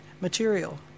material